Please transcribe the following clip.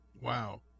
Wow